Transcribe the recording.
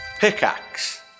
Pickaxe